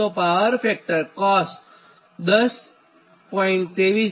તો power factor cos10